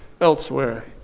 elsewhere